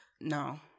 No